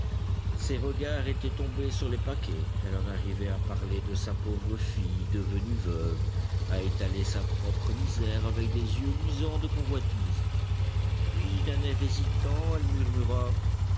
ses regards étaient tombés sur les paquets elle en arrivait à parler de sa pauvre fille devenue veuve à étaler sa propre misère avec des yeux luisants de convoitise puis d'un air hésitant elle murmura